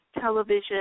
television